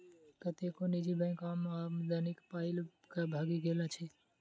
कतेको निजी बैंक आम आदमीक पाइ ल क भागि गेल अछि